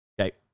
okay